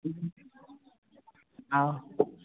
ꯑꯧ